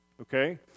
Okay